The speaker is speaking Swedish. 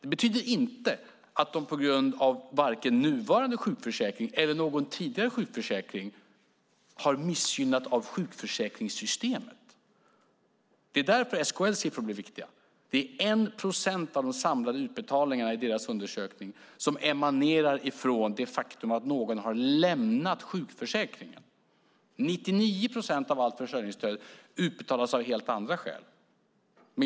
Det betyder inte att de på grund av vare sig nuvarande eller någon tidigare sjukförsäkring har missgynnats av sjukförsäkringssystemet. Det är därför SKL:s siffror blir viktiga. Endast 1 procent av de samlade utbetalningarna i deras undersökning emanerar från det faktum att någon har lämnat sjukförsäkringen. 99 procent av allt försörjningsstöd utbetalas av helt andra skäl.